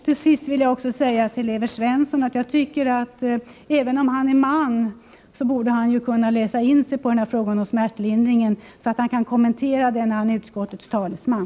Till sist vill jag också säga till Evert Svensson att jag tycker att han, även om han är man, borde kunna läsa in sig på frågan om smärtlindring, så att han kan kommentera den när han är utskottets talesman.